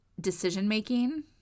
decision-making